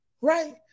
right